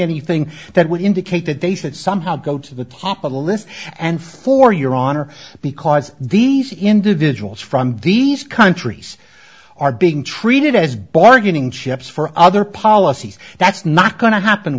anything that would indicate that they should somehow go to the top of the list and for your honor because these individuals from these countries are being treated as bargaining chips for other policies that's not going to happen